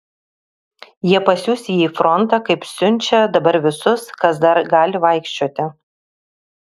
jie pasiųs jį į frontą kaip siunčia dabar visus kas dar gali vaikščioti